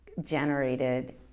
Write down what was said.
generated